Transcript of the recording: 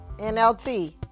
NLT